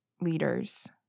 leaders